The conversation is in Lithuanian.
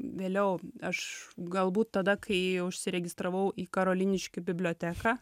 vėliau aš galbūt tada kai užsiregistravau į karoliniškių biblioteką